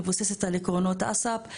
מבוססת על עקרונות אסה"פ.